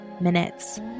minutes